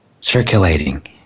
circulating